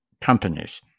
companies